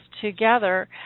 together